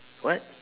what